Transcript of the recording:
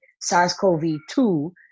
SARS-CoV-2